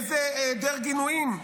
היעדר גינויים.